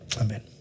Amen